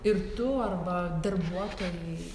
ir tu arba darbuotojai